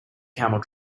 camel